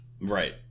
Right